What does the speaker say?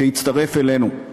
שיצטרף אלינו.